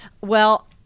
Well-